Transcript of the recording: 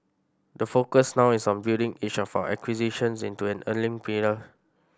the focus now is on building each of our acquisitions into an earning pillar